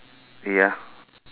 ya